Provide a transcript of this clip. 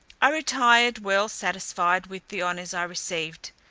i retired well satisfied with the honours i received,